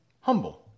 Humble